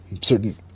certain